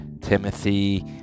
Timothy